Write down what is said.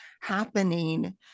happening